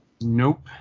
Nope